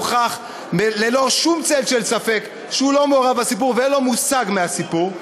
הוכח ללא שום צל של ספק שהוא לא מעורב בסיפור ואין לו מושג מהסיפור.